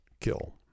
kill